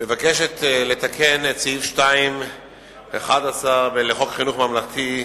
מבקשת לתקן את סעיף 2(11) לחוק חינוך ממלכתי,